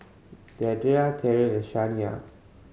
Deidra Terrill and Shania